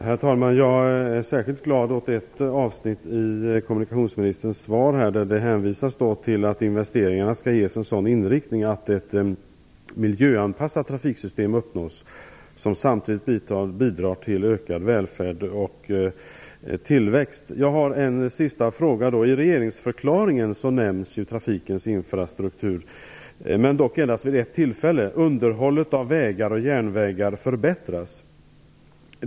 Herr talman! Jag är särskilt glad åt ett avsnitt i kommunikationsministerns svar. Det hänvisas till att investeringarna skall ges en sådan inriktning att ett miljöanpassat trafiksystem som samtidigt bidrar till ökad välfärd och tillväxt uppnås. I regeringsförklaringen nämns trafikens infrastruktur vid ett enda tillfälle. Det sägs att underhållet av vägar och järnvägar skall förbättras.